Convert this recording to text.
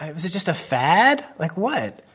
was it just a fad? like, what?